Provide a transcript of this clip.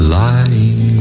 lying